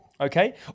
Okay